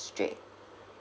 street